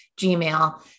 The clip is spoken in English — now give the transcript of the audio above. Gmail